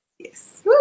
Yes